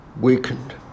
weakened